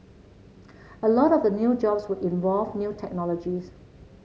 a lot of the new jobs would involve new technologies